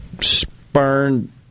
Spurned